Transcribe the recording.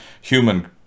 human